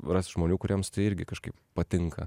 rast žmonių kuriems tai irgi kažkaip patinka